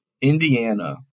Indiana